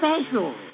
special